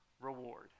Reward